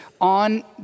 on